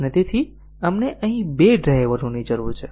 અને આપણને અહીં બે ડ્રાઇવરોની જરૂર છે